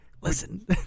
listen